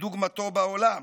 דוגמתו בעולם,